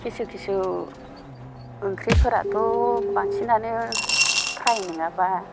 किसु किसु ओंख्रिफोराथ' बांसिनानो फ्राय नङाबा